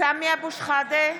סמי אבו שחאדה,